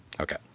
Okay